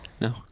No